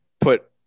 put